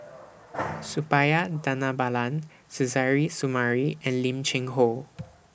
Suppiah Dhanabalan Suzairhe Sumari and Lim Cheng Hoe